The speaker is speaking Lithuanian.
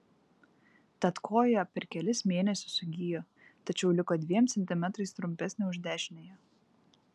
tad koja per kelis mėnesius sugijo tačiau liko dviem centimetrais trumpesnė už dešiniąją